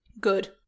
good